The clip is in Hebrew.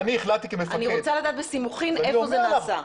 אני רוצה לדעת בסימוכין היכן זה נעשה.